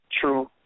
true